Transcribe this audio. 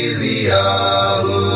Eliyahu